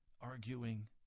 arguing